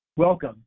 Welcome